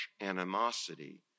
animosity